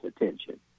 attention